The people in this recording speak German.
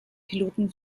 piloten